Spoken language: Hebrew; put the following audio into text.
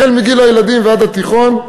החל מגיל גן-הילדים ועד התיכון.